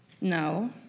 No